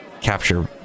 capture